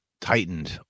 tightened